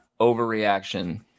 overreaction